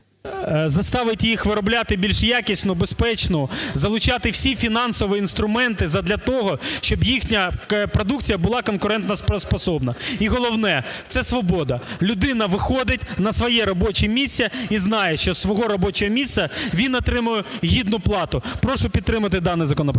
заставить їх виробляти більш якісну, безпечну, залучати всі фінансові інструменти задля того, щоб їхня продукція була конкуренто способна. І головне – це свобода. Людина виходить на своє робоче місце і знає, що з свого робочого місця він отримує гідну плату. Прошу підтримати даний законопроект.